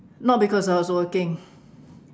not because I was working